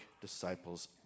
disciples